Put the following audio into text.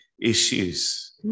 issues